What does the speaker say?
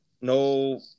no